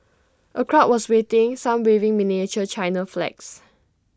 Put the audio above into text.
A crowd was waiting some waving miniature China flags